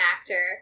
actor